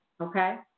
Okay